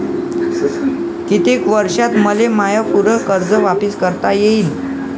कितीक वर्षात मले माय पूर कर्ज वापिस करता येईन?